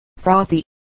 frothy